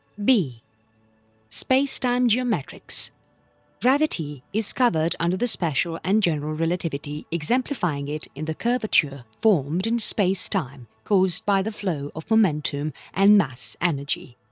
b spacetime geometrics gravity is covered under the special and general relativity exemplifying it in the curvature formed in space time caused by the flow of momentum and mass energy.